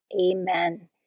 Amen